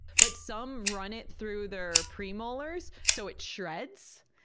but some run it through their pre-molars, so it shreds,